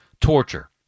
Torture